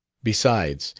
besides,